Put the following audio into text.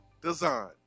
design